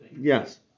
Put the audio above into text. Yes